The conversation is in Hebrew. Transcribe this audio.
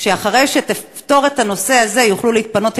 אחרי שתפתור את הנושא הזה הם יוכלו להתפנות,